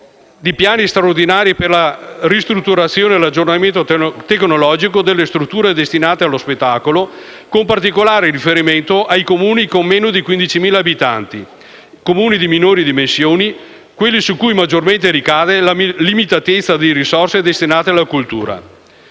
di piani straordinari per la ristrutturazione e l'aggiornamento tecnologico delle strutture destinate allo spettacolo, con particolare riferimento ai Comuni con meno di 15.000 abitanti, ai Comuni di minori dimensioni, quelli su cui maggiormente ricade la limitatezza di risorse destinate alla cultura.